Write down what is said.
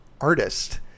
artist